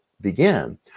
began